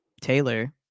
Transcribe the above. Taylor